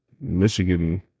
Michigan